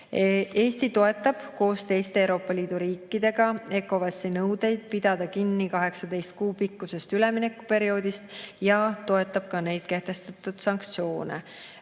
Eesti toetab koos teiste Euroopa Liidu riikidega ECOWAS‑i nõudeid pidada kinni 18 kuu pikkusest üleminekuperioodist ja toetab ka neid kehtestatud sanktsioone.